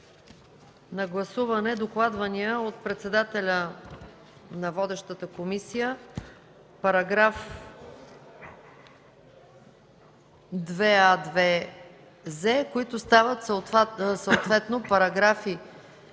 на гласуване докладвания от председателя на водещата комисия § 2а-2з, които стават съответно параграфи